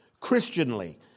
Christianly